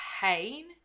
pain